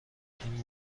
این